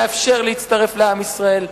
לאפשר להצטרף לעם ישראל.